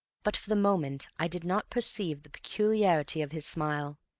but for the moment i did not perceive the peculiarity of his smile.